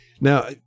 Now